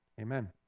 amen